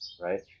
right